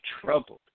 troubled